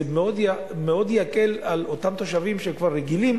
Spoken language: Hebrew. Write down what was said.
זה מאוד יקל על אותם תושבים שכבר רגילים